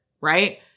Right